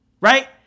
Right